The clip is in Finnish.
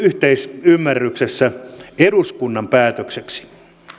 yhteisymmärryksessä eduskunnan päätökseksi